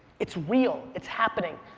it's real, it's happening.